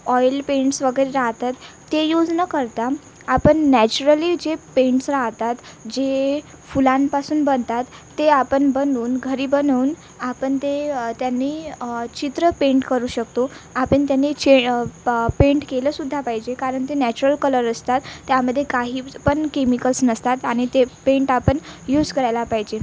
oil paints वगैरे राहतात ते यूज न करता आपण नॅचरली जे पेंट्स राहतात जे फुलांपासून बनतात ते आपण बनवून घरी बनवून आपण ते त्यांनी चित्र पेंट करू शकतो आपण त्यांनी चे पा पेंट केलंसुद्धा पाहिजे कारण ते नॅचरल कलर असतात त्यामध्ये काहीव्जपण केमिकल्स नसतात आणि ते पेंट आपण यूस करायला पाहिजे